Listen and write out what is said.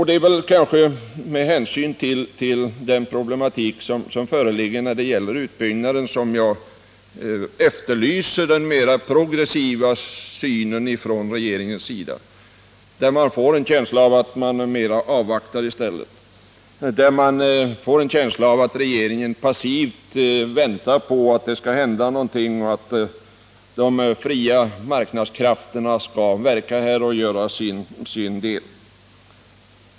Det är också anledningen till att jag efterlyser en mer progressiv syn från regeringen — jag har en känsla av att den passivt väntar på att någonting skall hända, att de fria marknadskrafterna skall verka.